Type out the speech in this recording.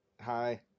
Hi